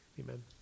Amen